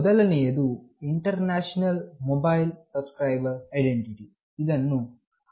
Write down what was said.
ಮೊದಲನೆಯದು international mobile subscriber identity ಇದನ್ನು IMSI ಎಂದು ಕರೆಯಲಾಗುತ್ತದೆ